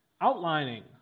outlining